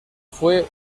fue